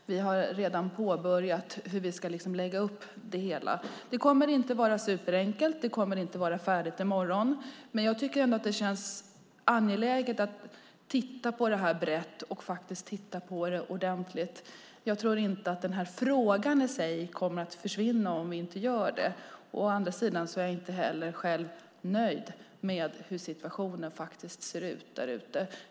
Vi har redan påbörjat hur vi ska lägga upp det hela. Det kommer inte att vara superenkelt, och det kommer inte att vara färdigt i morgon. Men det känns angeläget att titta på detta brett och ordentligt. Jag tror inte att frågan kommer att försvinna om vi inte gör det. Jag är inte heller nöjd med hur situationen ser ut där ute.